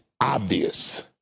obvious